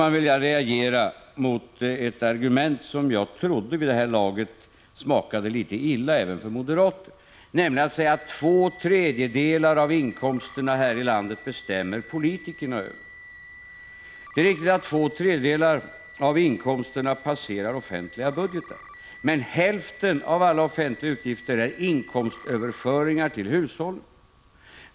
Jag vill också reagera mot ett argument som jag trodde vid det här laget smakade litet illa även för moderaterna. Det gäller påståendet att politikerna bestämmer över två tredjedelar av inkomsterna här i landet. Det är riktigt att två tredjedelar av inkomsterna passerar offentliga budgetar, men hälften av alla offentliga utgifter är inkomstöverföringar till hushållen.